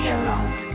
alone